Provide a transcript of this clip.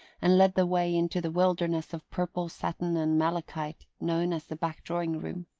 and led the way into the wilderness of purple satin and malachite known as the back drawing-room,